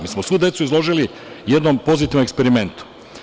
Mi smo svu decu izložili jednom pozitivnom eksperimentu.